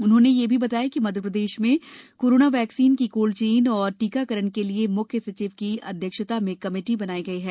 उन्होंने यह भी बताया कि मध्यप्रदेश में कोरोना वैक्सीन की कोल्ड चेन और टीकाकरण के लिए मुख्य सचिव की अध्यक्षता में कमेटी बनाई गई है